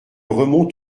remontent